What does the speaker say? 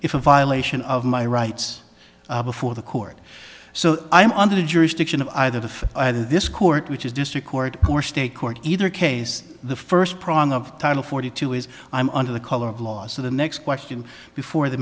if a violation of my rights before the court so i'm under the jurisdiction of either of either this court which is district court or state court either case the first prong of title forty two is i'm under the color of law so the next question before the